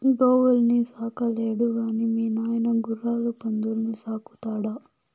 గోవుల్ని సాకలేడు గాని మీ నాయన గుర్రాలు పందుల్ని సాకుతాడా